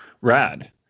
rad